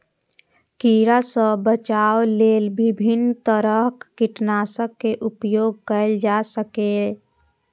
कीड़ा सं बचाव लेल विभिन्न तरहक कीटनाशक के उपयोग कैल जा सकैए